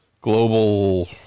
global